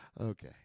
Okay